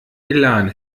elan